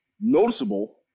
noticeable